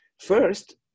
First